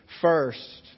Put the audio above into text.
first